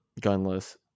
gunless